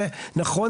זה נכון,